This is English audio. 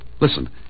Listen